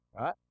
Right